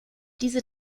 diese